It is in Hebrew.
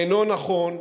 אינו נכון.